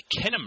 Kinnemer